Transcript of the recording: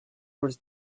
was